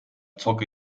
zocke